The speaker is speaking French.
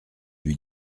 lui